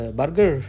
burger